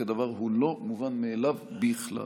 כי הדבר לא מובן מאליו בכלל.